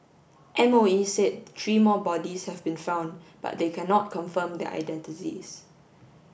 M O E said three more bodies have been found but they cannot confirm their identities